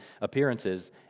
appearances